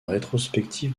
rétrospective